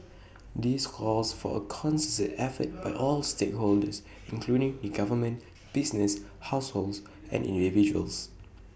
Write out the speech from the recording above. this calls for A concerted effort by all stakeholders including the government businesses households and individuals